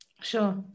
Sure